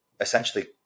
essentially